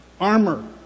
armor